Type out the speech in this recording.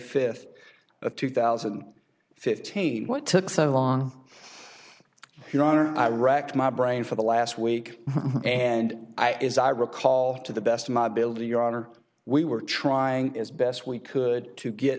fifth of two thousand and fifteen what took so long your honor i racked my brain for the last week and i is i recall to the best of my build your honor we were trying as best we could to get